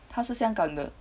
他是香港的